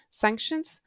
sanctions